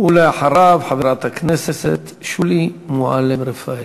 ואחריו, חברת הכנסת שולי מועלם-רפאלי.